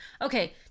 okay